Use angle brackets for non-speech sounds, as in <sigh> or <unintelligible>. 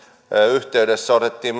yhteydessä otettiin <unintelligible>